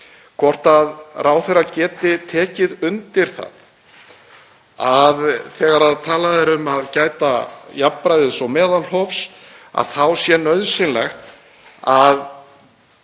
hvort ráðherra geti tekið undir það að þegar talað er um að gæta jafnræðis og meðalhófs sé nauðsynlegt að